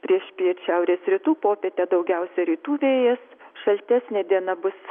priešpiet šiaurės rytų popietę daugiausia rytų vėjas šaltesnė diena bus